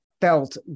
felt